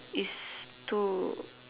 is to